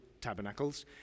tabernacles